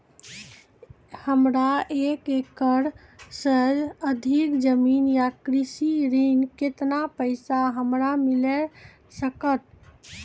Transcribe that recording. हमरा एक एकरऽ सऽ अधिक जमीन या कृषि ऋण केतना पैसा हमरा मिल सकत?